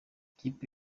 ikipe